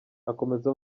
akomeza